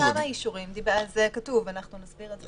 יש כמה אישורים, זה כתוב, נסביר את זה בחוק.